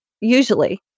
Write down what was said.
usually